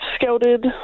scouted